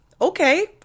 okay